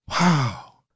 Wow